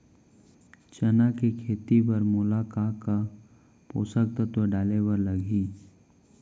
चना के खेती बर मोला का का पोसक तत्व डाले बर लागही?